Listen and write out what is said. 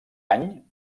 any